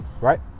Right